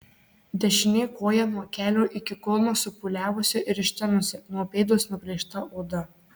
dešinė koja nuo kelio iki kulno supūliavusi ir ištinusi nuo pėdos nuplėšta oda